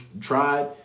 tried